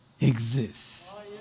exists